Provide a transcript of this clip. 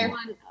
one